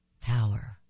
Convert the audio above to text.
power